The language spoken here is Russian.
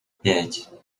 пять